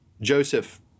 Joseph